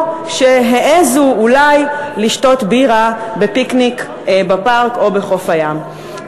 או שהעזו אולי לשתות בירה בפיקניק בפארק או בחוף הים.